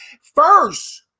first